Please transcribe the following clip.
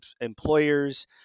employers